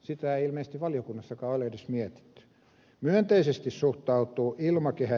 sitä ei ilmeisesti valiokunnassakaan ole edes mietitty